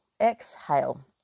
exhale